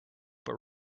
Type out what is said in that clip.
but